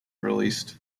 released